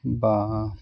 বা